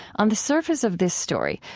on the surface of this story,